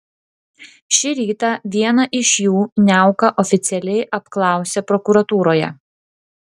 šį rytą vieną iš jų niauka oficialiai apklausė prokuratūroje